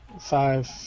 five